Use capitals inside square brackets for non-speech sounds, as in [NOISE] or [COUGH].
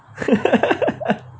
[LAUGHS]